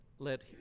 Let